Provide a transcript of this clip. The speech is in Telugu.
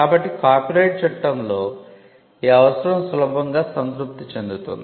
కాబట్టి కాపీరైట్ చట్టంలో ఈ అవసరం సులభంగా సంతృప్తి చెందుతుంది